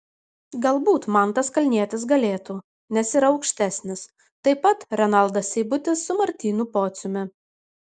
galbūt mantas kalnietis galėtų nes yra aukštesnis taip pat renaldas seibutis su martynu pociumi